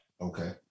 Okay